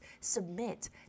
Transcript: submit